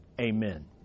amen